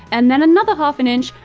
and then another half an inch,